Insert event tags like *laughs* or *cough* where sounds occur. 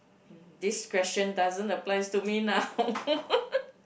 mm this question does not applies to me now *laughs*